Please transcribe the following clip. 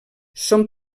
són